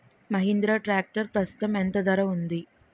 Mahindra tractor ప్రస్తుతం ఎంత ధర ఉంది?